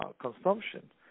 consumption